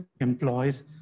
employs